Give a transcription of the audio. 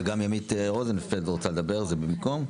אבל גם ימית רוזנפלד רוצה לדבר, זה במקום?